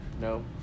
No